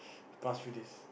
past few days